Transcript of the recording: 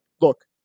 look